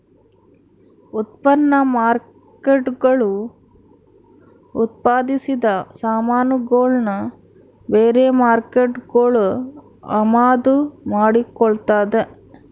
ಉತ್ಪನ್ನ ಮಾರ್ಕೇಟ್ಗುಳು ಉತ್ಪಾದಿಸಿದ ಸಾಮಾನುಗುಳ್ನ ಬೇರೆ ಮಾರ್ಕೇಟ್ಗುಳು ಅಮಾದು ಮಾಡಿಕೊಳ್ತದ